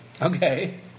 Okay